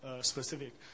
specific